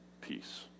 peace